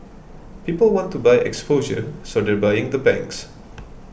people want to buy exposure so they're buying the banks